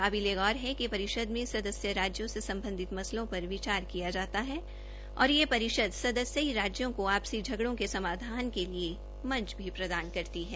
काबिले गौर है परिषद में सदस्य राज्यों से सम्बधित मसलों पर विचार विमर्श किया जाता है और यह परिषद सदस्यीय राज्यों के आपसी झगड़ो के समाधान के लिए मंच भी प्रदान करती है